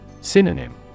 Synonym